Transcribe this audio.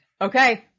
Okay